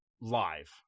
live